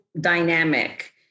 dynamic